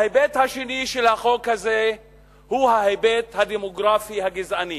ההיבט השני של החוק הזה הוא ההיבט הדמוגרפי הגזעני.